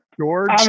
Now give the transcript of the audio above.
George